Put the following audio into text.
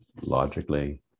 logically